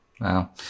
Wow